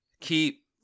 keep